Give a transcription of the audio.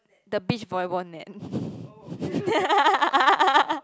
the beach volleyball net